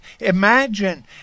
imagine